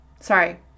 Sorry